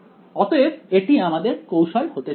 অতএব এটি আমাদের কৌশল হতে চলেছে